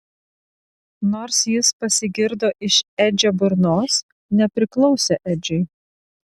nors jis pasigirdo iš edžio burnos nepriklausė edžiui